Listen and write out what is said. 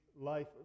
life